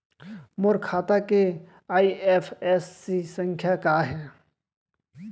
मोर खाता के आई.एफ.एस.सी संख्या का हे?